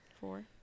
four